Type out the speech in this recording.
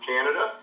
Canada